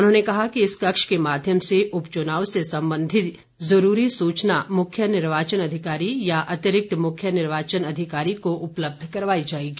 उन्होंने कहा कि इस कक्ष के माध्यम से उप चुनाव से संबंधित जरूरी सूचना मुख्य निर्वाचन अधिकारी या अतिरिक्त मुख्य निर्वाचन अधिकारी को उपलब्ध करवाई जाएगी